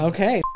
Okay. (